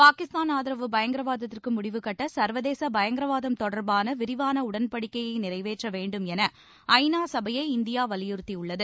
பாகிஸ்தான் ஆதரவு பயங்கரவாதத்திற்கு முடிவுகட்ட சர்வதேச பயங்கரவாதம் தொடர்பான விரிவான உடன்படிக்கையை நிறைவேற்ற வேண்டும் என ஐநா சபையை இந்தியா வலியுறுத்தியுள்ளது